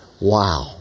wow